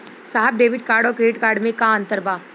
साहब debit card और credit card में का अंतर बा?